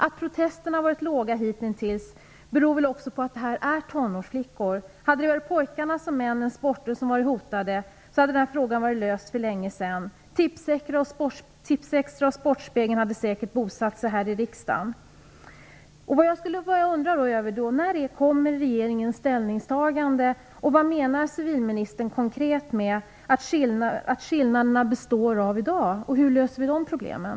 Att protesterna har varit låga hitintills beror väl också på att det här är tonårsflickor. Hade det varit pojkarnas och männens sporter som varit hotade hade den här frågan varit löst för länge sedan. Tipsextra och Sportspegeln hade säkert bosatt sig här i riksdagen. Det jag undrar är: När kommer regeringens ställningstagande? Vad menar civilministern konkret att skillnaderna består av i dag och hur löser vi de problemen?